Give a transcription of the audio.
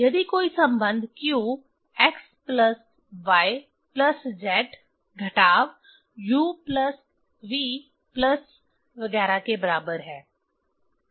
यदि कोई संबंध q x plus y plus z घटाव u प्लस v प्लस वगैरह के बराबर है